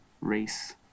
race